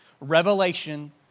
Revelation